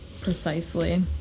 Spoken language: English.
precisely